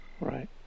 Right